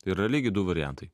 yra lygiai du variantai